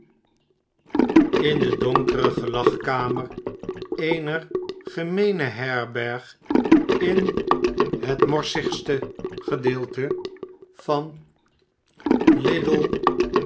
in de donkere gelagkamer eener gemeene herberg in het morsigste gedeelte van l